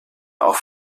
auch